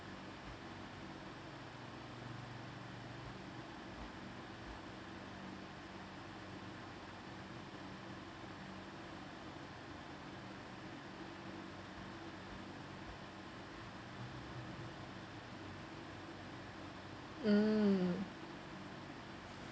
mm